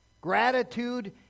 Gratitude